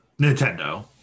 Nintendo